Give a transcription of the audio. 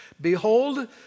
Behold